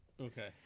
Okay